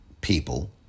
people